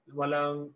walang